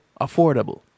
affordable